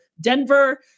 Denver